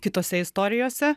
kitose istorijose